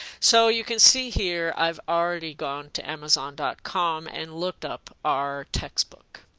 so you can see here i've already gone to amazon dot com and looked up our textbook.